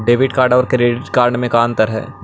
Debit और credit card में का अंतर है?